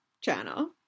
channel